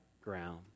ground